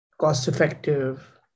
cost-effective